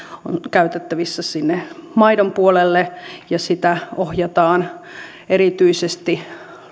on käytettävissä sinne maidon puolelle ja sitä ohjataan erityisesti